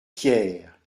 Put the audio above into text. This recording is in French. pierres